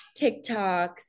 TikToks